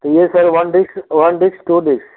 तो यह sir one disk one disk two disc